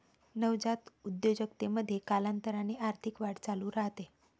नवजात उद्योजकतेमध्ये, कालांतराने आर्थिक वाढ चालू राहते